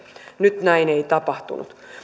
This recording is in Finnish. nyt näin ei tapahtunut